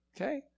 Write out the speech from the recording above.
Okay